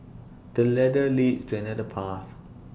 this ladder leads to another path